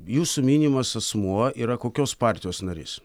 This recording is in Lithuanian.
jūsų minimas asmuo yra kokios partijos narys